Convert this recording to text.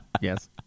Yes